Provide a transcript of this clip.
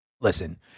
listen